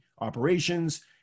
operations